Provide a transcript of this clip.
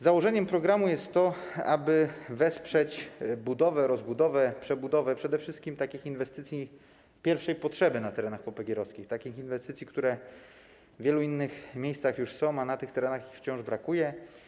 Założeniem programu jest to, aby wesprzeć budowę, rozbudowę, przebudowę przede wszystkim inwestycji pierwszej potrzeby na terenach popegeerowskich, inwestycji, które w wielu innych miejscach już są, a na tych terenach ich wciąż brakuje.